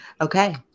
Okay